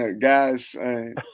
guys